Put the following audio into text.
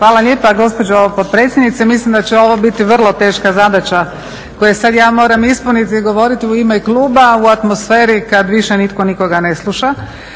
Hvala lijepa gospođo potpredsjednice. Mislim da će ovo biti vrlo teška zadaća koju ja sada moram ispuniti i govoriti u ime kluba u atmosferi kada više nitko nikoga ne sluša.